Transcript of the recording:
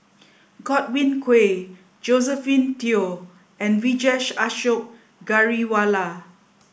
Godwin Koay Josephine Teo and Vijesh Ashok Ghariwala